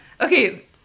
Okay